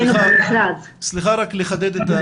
סליחה, רק לחדד.